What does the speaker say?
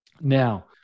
Now